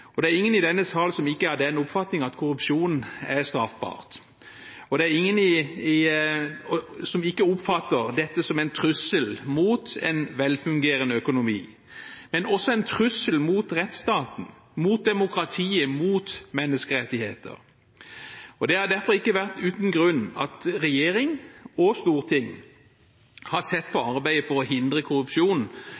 Det er ingen i denne sal som ikke er av den oppfatning at korrupsjon er straffbart. Og det er ingen som ikke oppfatter dette som en trussel mot en velfungerende økonomi, og også som en trussel mot rettsstaten, mot demokratiet, mot menneskerettigheter. Det er derfor ikke uten grunn regjering og storting har sett på